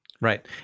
Right